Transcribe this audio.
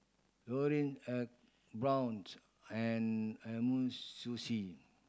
Laurier ecoBrown's and Umisushi